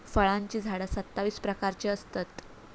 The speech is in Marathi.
फळांची झाडा सत्तावीस प्रकारची असतत